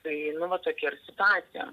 tai nu va tokia ir situacija